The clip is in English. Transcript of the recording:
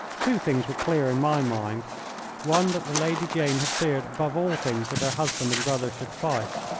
two things were clear in my mind one that the lady jane had feared above all things that her husband and brother should fight,